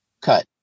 cut